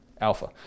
Alpha